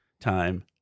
time